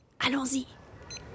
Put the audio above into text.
Allons-y